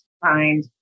find